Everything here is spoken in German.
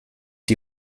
die